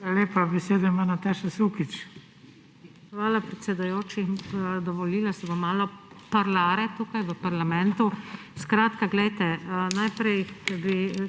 (PS Levica):** Hvala, predsedujoči. Dovolila si bom malo »parlare« tukaj v parlamentu. Skratka, poglejte, najprej,